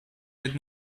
did